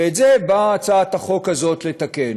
ואת זה באה הצעת החוק הזאת לתקן.